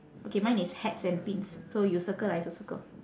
okay mine is hats and pins so you circle I also circle